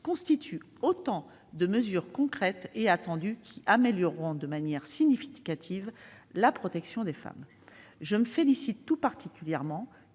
constituent autant de mesures concrètes et attendues qui amélioreront de manière significative la protection des femmes. Je me félicite tout particulièrement